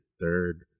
third